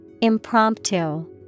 Impromptu